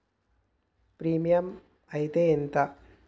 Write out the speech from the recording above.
Premium అత్తే ఎంత?